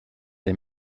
der